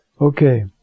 Okay